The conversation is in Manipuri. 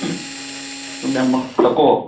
ꯅꯨꯃꯤꯠ ꯑꯃ ꯈꯛꯇ ꯀꯣ